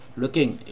looking